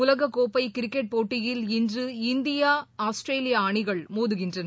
உலகக்கோப்பைகிரிக்கெட் போட்டியில் இன்று இந்தியா ஆஸ்திரேலியாஅணிகள் மோதுகின்றன